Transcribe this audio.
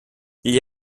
gli